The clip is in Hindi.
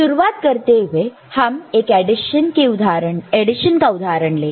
शुरुआत करते हुए हम एक एडिशन का उदाहरण लेंगे